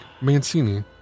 Mancini